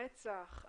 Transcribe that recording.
רצח.